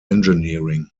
engineering